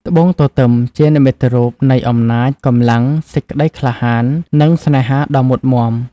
ត្បូងទទឹម ជានិមិត្តរូបនៃ អំណាច កម្លាំង សេចក្ដីក្លាហាន និងស្នេហាដ៏មុតមាំ។